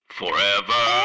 forever